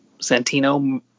Santino